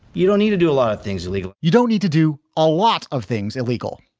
you don't need to do a lot of things illegal. you don't need to do a lot of things illegal.